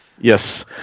Yes